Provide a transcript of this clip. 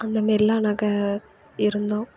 அந்த மாரில்லாம் நாங்கள் இருந்தோம்